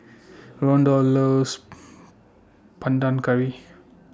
Rondal loves Panang Curry